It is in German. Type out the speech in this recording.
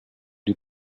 die